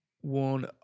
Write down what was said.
one